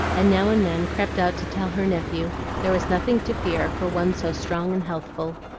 and now and then crept out to tell her nephew there was nothing to fear for one so strong and healthful.